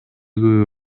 күбө